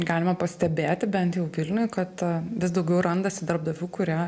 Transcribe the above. galima pastebėti bent jau vilniuj kad vis daugiau randasi darbdavių kurie